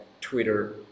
Twitter